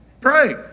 pray